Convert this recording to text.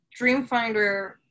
Dreamfinder